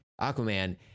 Aquaman